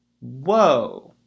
Whoa